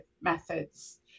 methods